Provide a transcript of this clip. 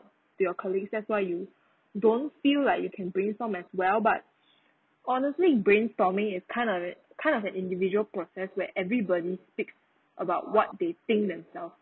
to your colleagues that's why you don't feel like you can brainstorm as well but honestly brainstorming is kind of a kind of a individual process where everybody speaks about what they think themselves